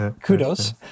kudos